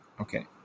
okay